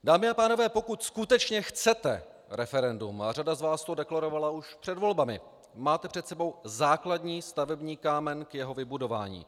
Dámy a pánové, pokud skutečně chcete referendum, a řada z vás to deklarovala už před volbami, máte před sebou základní stavební kámen k jeho vybudování.